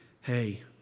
Hey